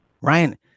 Ryan